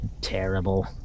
terrible